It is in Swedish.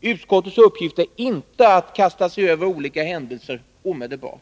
Utskottets uppgift är inte att kasta sig över olika händelser omedelbart.